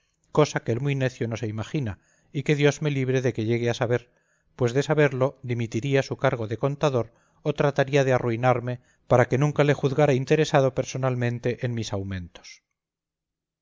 cosa que el muy necio no se imagina y que dios me libre de que llegue a saber pues de saberlo dimitiría su cargo de contador o trataría de arruinarme para que nunca le juzgara interesado personalmente en mis aumentos